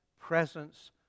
presence